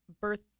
birth